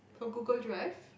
for Google Drive